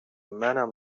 منم